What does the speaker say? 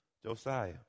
Josiah